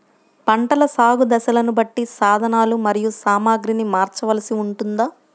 పంటల సాగు దశలను బట్టి సాధనలు మరియు సామాగ్రిని మార్చవలసి ఉంటుందా?